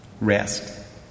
Rest